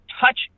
touch